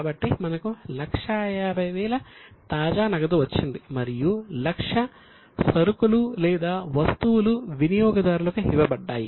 కాబట్టి మనకు 150000 తాజా నగదు వచ్చింది మరియు 100000 సరుకులు లేదా వస్తువులు వినియోగదారులకు ఇవ్వబడ్డాయి